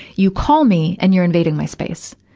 you call me, and you're invading my space.